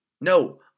No